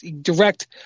direct